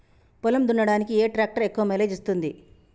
పొలం దున్నడానికి ఏ ట్రాక్టర్ ఎక్కువ మైలేజ్ ఇస్తుంది?